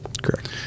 correct